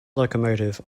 locomotive